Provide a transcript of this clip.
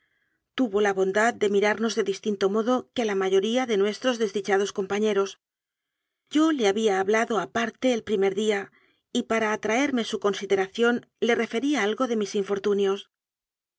tuvo la bondad de mirarnos de distinto modo que a la ma yoría de nuestros desdichados compañeros yo le había hablado aparte el primer día y para atraer me su consideración le referí algo de mis